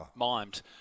mimed